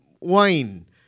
wine